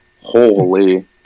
Holy